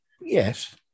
Yes